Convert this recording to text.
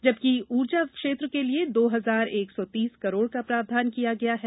जबकि ऊर्जा क्षेत्र के लिए दो हजार एक सौ तीस करोड़ का प्रावधान किया गया है